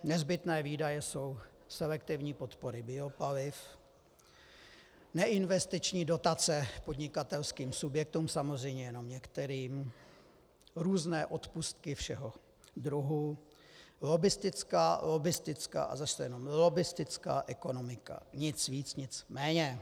Nezbytné výdaje jsou selektivní podpory biopaliv, neinvestiční dotace podnikatelským subjektům, samozřejmě jenom některým, různé odpustky všeho druhu, lobbistická a zase jenom lobbistická ekonomika, nic víc, nic méně.